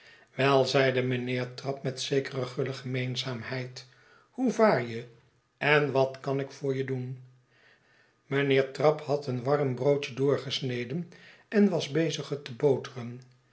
wel zeide mijnheer trabb met zekere guile gemeenzaamheid hoe vaar je en wat kan ik voor je doen mijnheer trabb had een warm broodjedoorgesneden en was bezig het